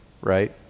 right